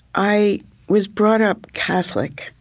i was brought up catholic.